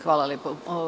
Hvala lepo.